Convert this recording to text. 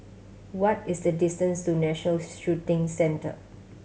what is the distance to National Shooting Centre